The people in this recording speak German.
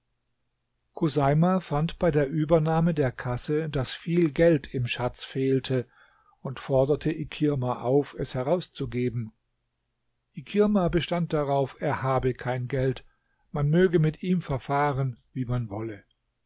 chuseima fand bei der übernahme der kasse daß viel geld im schatz fehlte und forderte ikirma auf es herauszugeben ikirma bestand darauf er habe kein geld man möge mit ihm verfahren wie man wolle